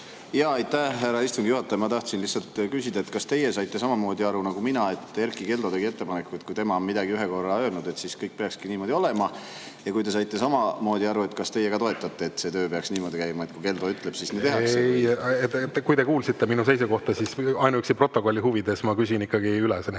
Aitäh, härra istungi juhataja! Ma tahtsin lihtsalt küsida, kas teie saite samamoodi aru nagu mina, et Erkki Keldo tegi ettepaneku, et kui tema on midagi ühe korra öelnud, siis kõik peakski niimoodi olema. Ja kui te saite samamoodi aru, siis kas teie ka toetate, et see töö peaks niimoodi käima, et nagu Keldo ütleb, nii tehakse? Ei. Kui te kuulasite minu seisukohta, siis [teate, et] ainuüksi protokolli huvides ma küsin ikkagi üle need